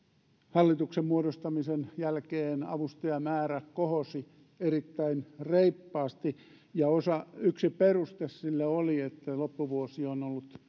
hallituksen muodostamisen jälkeen avustajamäärä kohosi erittäin reippaasti ja yksi peruste sille oli että loppuvuosi on